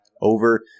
over